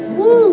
Woo